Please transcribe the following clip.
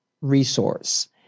resource